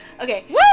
Okay